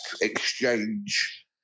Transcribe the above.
exchange